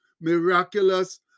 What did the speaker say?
miraculous